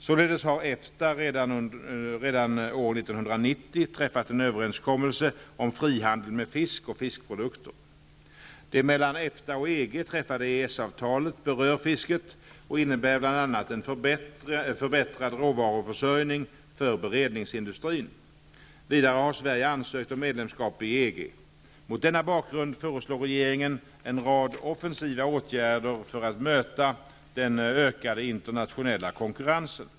Således har EFTA redan år 1990 träffat en överenskommelse om frihandel med fisk och fiskprodukter. Det mellan EFTA och EG träffade EES-avtalet berör fisket och innebär bl.a. en förbättrad råvaruförsörjning för beredningsindustrin. Vidare har Sverige ansökt om medlemskap i EG. Mot denna bakgrund föreslår regeringen en rad offensiva åtgärder för att möta den ökade internationella konkurrensen.